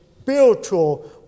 spiritual